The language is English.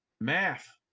Math